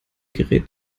gerät